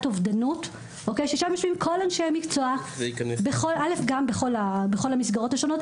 אובדנות ששם יושבים כל אנשי המקצוע בכל המסגרות השונות,